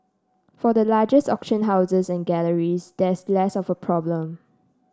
for the largest auction houses and galleries that's less of a problem